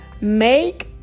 Make